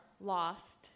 lost